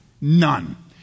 None